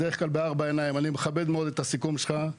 בדרך כלל בארבע עיניים: אני מכבד מאוד את הסיכום שלך,